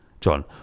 John